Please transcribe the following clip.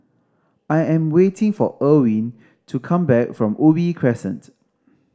I am waiting for Irwin to come back from Ubi Crescent